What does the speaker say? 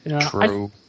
True